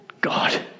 God